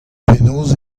penaos